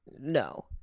no